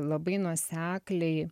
labai nuosekliai